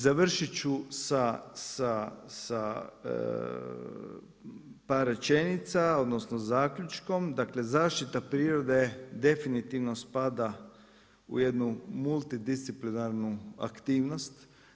Završiti ću sa par rečenica, odnosno zaključkom, dakle zaštita prirode definitivno spada u jednu multidisciplinarnu aktivnost.